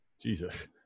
Jesus